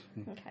Okay